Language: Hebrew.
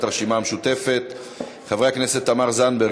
סיעת הרשימה המשותפת); חברי הכנסת תמר זנדברג,